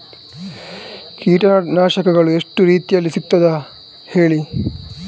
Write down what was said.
ಕೀಟನಾಶಕಗಳು ಎಷ್ಟು ರೀತಿಯಲ್ಲಿ ಸಿಗ್ತದ ಹೇಳಿ